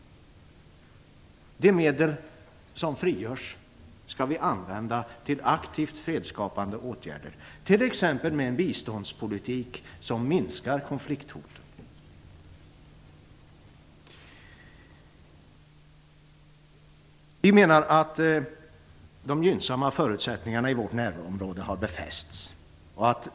De medel som frigörs skall användas till aktivt fredsskapande åtgärder, t.ex. genom en biståndspolitik som minskar konflikthoten. De gynnsamma förutsättningarna i vårt närområde har befästs.